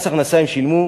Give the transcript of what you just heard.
מס הכנסה הם שילמו,